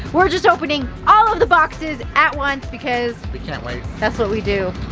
we're just opening all of the boxes at once because we can't wait. that's what we do.